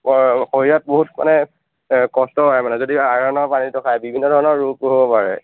শৰীৰত বহুত মানে কষ্ট হয় মানে যদি আইৰণৰ পানীটো খায় বিভিন্ন ধৰণৰ ৰোগ হ'ব পাৰে